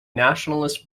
nationalist